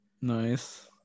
nice